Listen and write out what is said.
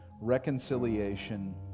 reconciliation